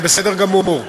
זה בסדר גמור.